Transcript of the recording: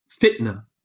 fitna